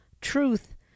truth